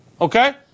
Okay